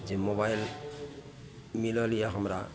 जे मोबाइल मिलल यऽ हमरा